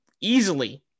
Easily